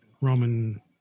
roman